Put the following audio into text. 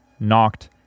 knocked